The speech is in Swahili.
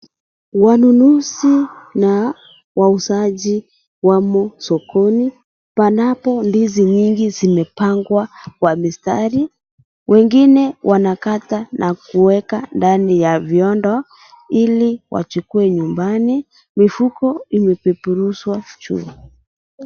Wanunuzi na wauzaji wamo sokoni, panapo ndizi mingi zimepangwa kwa mistari wengine wanakata na kuweka ndani ya viondo hili wachukue nyumbani, mifuko imepeperushwa juu.